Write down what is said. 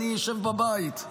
אני אשב בבית,